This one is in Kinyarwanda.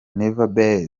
never